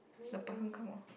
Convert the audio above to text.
the